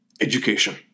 Education